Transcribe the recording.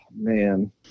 man